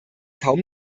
kaum